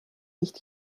nicht